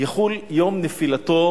יחול יום נפילתו